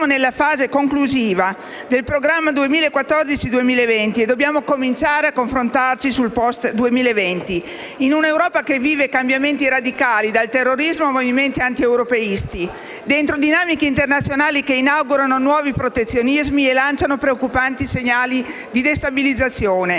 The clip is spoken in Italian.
siamo nella fase conclusiva del programma 2014-2020 e dobbiamo cominciare a confrontarci sul *post* 2020, in un'Europa che vive cambiamenti radicali, dal terrorismo ai movimenti antieuropeisti, dentro dinamiche internazionali che inaugurano nuovi protezionismi e lanciano preoccupanti segnali di destabilizzazione.